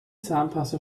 zahnpasta